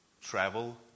travel